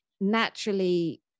naturally